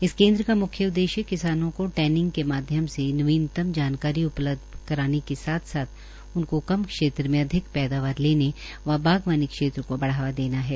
इस केन्द्र का म्ख्य उद्देश्य किसानों को ट्रैनिंग के माध्यम से नवीनतम जानकारी उपलब्ध कराने के साथ उनको कम क्षेत्रमें अधिक पैदावार लेने व बागवानी क्षेत्र को बढ़ावा देना है